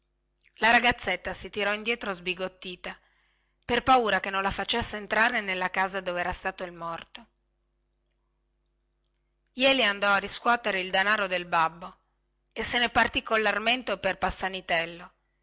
la ragazzetta si tirò indietro sbigottita per paura che non la facesse entrare nella casa dove era stato il morto jeli andò a riscuotere il danaro del babbo e se ne partì collarmento per